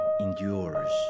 endures